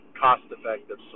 cost-effective